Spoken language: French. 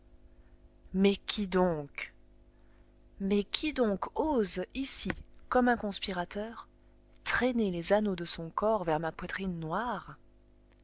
mais qui donc mais qui donc ose ici comme un conspirateur traîner les anneaux de son corps vers ma poitrine noire